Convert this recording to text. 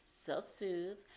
self-soothe